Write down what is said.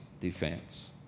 defense